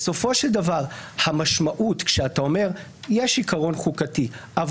בסופו של דבר המשמעות כשאתה אומר שיש עיקרון חוקתי אבל